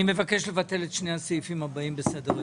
אני מבקש לבטל את שני הסעיפים הבאים בסדר-היום.